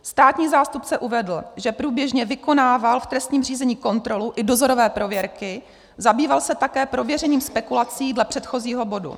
Státní zástupce uvedl, že průběžně vykonával v trestním řízení kontrolu i dozorové prověrky, zabýval se také prověřením spekulací dle předchozího bodu.